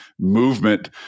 movement